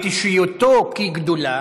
בתושייתו כי גדולה,